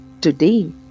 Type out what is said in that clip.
Today